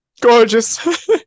gorgeous